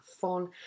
fun